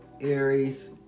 Aries